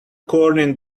corner